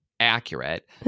accurate